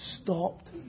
stopped